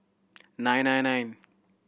nine nine nine